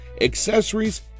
accessories